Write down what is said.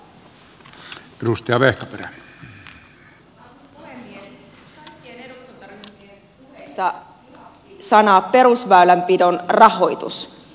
kaikkien eduskuntaryhmien puheissa vilahtivat sanat perusväylänpidon rahoitus